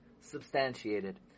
substantiated